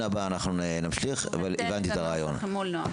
אנחנו נמשיך, אבל הבנתי את הרעיון.